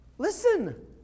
Listen